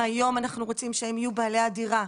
מהיום אנחנו רוצים שהם יהיו בעלי הדירה.